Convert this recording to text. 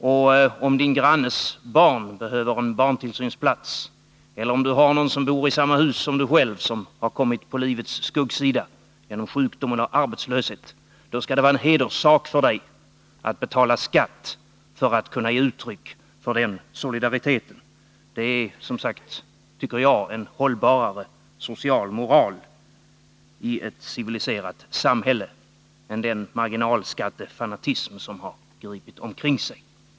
Och om din grannes barn behöver en barntillsynsplats eller om det är någon i samma hus som du själv som har kommit på livets skuggsida genom sjukdom eller arbetslöshet, då skall det vara en hederssak för dig att betala skatt för att kunna ge uttryck för din solidaritet. Det är, tycker jag, en mera hållbar social moral i ett civiliserat samhälle än den marginalskattefanatism som har gripit omkring sig.